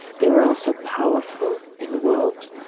they were also powerful in the world.